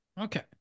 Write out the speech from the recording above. Okay